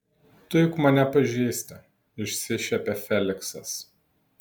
tu juk mane pažįsti išsišiepia feliksas